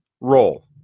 roll